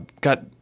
got